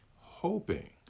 hoping